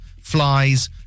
flies